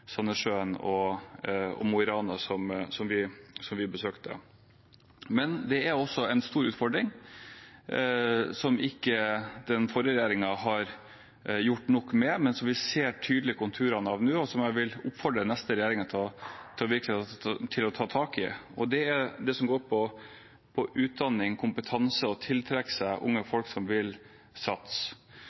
og Mo i Rana, som vi besøkte. Men det finnes også en stor utfordring, som den forrige regjeringen ikke gjorde nok med, men som vi ser tydelig konturene av nå, og som jeg vil oppfordre den nye regjeringen til virkelig å ta tak i. Det handler om utdanning og kompetanse og det å tiltrekke seg unge folk som vil satse.